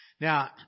Now